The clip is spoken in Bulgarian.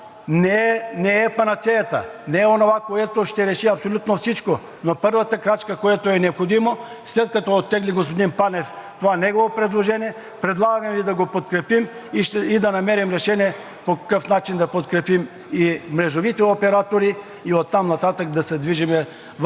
не е панацеята, не е онова, което ще реши абсолютно всичко, но първата крачка, която е необходима, след като оттегли господин Панев това негово предложение, предлагам Ви да го подкрепим и да намерим решение по какъв начин да подкрепим и мрежовите оператори и оттам нататък да се движим в